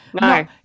No